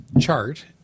chart